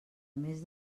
més